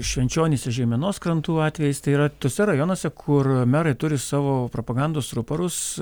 švenčionys ir žeimenos krantų atvejis tai yra tuose rajonuose kur merai turi savo propagandos ruporus